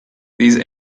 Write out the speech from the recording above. these